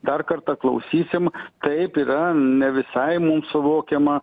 dar kartą klausysim taip yra ne visai mums suvokiama